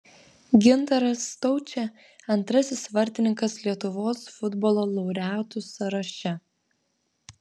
gintaras staučė antrasis vartininkas lietuvos futbolo laureatų sąraše